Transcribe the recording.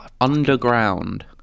Underground